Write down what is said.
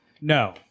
no